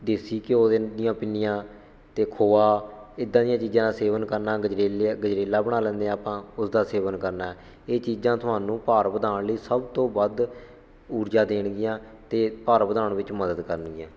ਦੇਸੀ ਘਿਓ ਦੇ ਦੀਆਂ ਪਿੰਨੀਆਂ ਅਤੇ ਖੋਆ ਇੱਦਾਂ ਦੀਆਂ ਚੀਜ਼ਾਂ ਦਾ ਸੇਵਨ ਕਰਨਾ ਗਜਰੇਲੇ ਆ ਗਜਰੇਲਾ ਬਣਾ ਲੈਂਦੇ ਹਾਂ ਆਪਾਂ ਉਸਦਾ ਸੇਵਨ ਕਰਨਾ ਇਹ ਚੀਜ਼ਾਂ ਤੁਹਾਨੂੰ ਭਾਰ ਵਧਾਉਣ ਲਈ ਸਭ ਤੋਂ ਵੱਧ ਊਰਜਾ ਦੇਣਗੀਆਂ ਅਤੇ ਭਾਰ ਵਧਾਉਣ ਵਿੱਚ ਮਦਦ ਕਰਨਗੀਆਂ